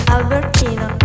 Albertino